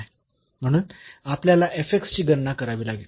म्हणून आपल्याला ची गणना करावी लागेल